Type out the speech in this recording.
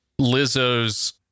Lizzo's